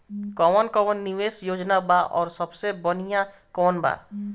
कवन कवन निवेस योजना बा और सबसे बनिहा कवन बा?